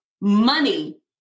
money